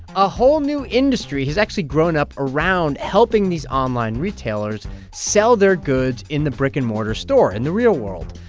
a whole new industry has actually grown up around helping these online retailers sell their goods in the brick-and-mortar store in and the real world.